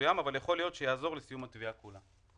מסוים אבל יכול להיות שיעזור לסיום התביעה כולה".